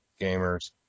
gamers